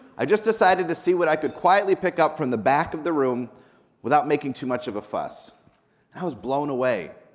i just decided to see what i could quietly pick up from the back of the room without making too much of a fuss, and i was blown away.